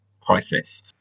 crisis